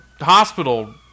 hospital